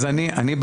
אז אני,